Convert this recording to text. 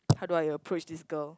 how do I approach this girl